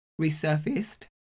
resurfaced